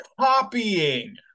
copying